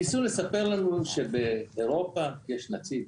ניסו לספר לנו שבאירופה יש נציג.